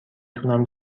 تونم